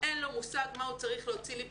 אין לו מושג מה הוא צריך להוציא לי בנייר,